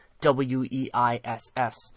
W-E-I-S-S